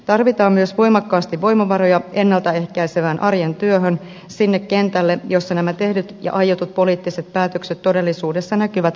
tarvitaan myös voimakkaasti voimavaroja ennalta ehkäisevään arjen työhön sinne kentälle jossa nämä tehdyt ja aiotut poliittiset päätökset todellisuudessa näkyvät karmaisevalla tavalla